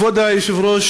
כבוד היושב-ראש,